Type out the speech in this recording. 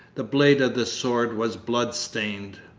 the blade of the sword was blood-stained.